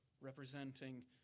representing